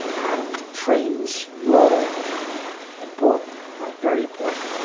and trains were important, like very important.